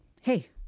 hey